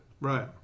Right